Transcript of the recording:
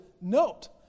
note